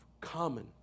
common